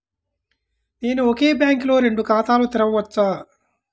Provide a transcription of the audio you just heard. నేను ఒకే బ్యాంకులో రెండు ఖాతాలు తెరవవచ్చా?